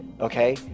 okay